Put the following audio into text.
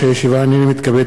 הנני מתכבד להודיעכם,